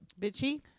bitchy